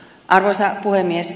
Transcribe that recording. arvoisa puhemies